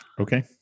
Okay